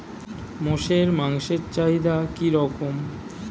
মোষের মাংসের চাহিদা কি রকম?